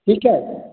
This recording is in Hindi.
ठीक है